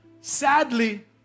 Sadly